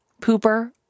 pooper